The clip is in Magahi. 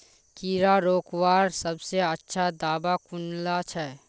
कीड़ा रोकवार सबसे अच्छा दाबा कुनला छे?